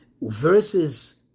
Versus